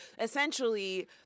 essentially